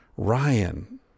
Ryan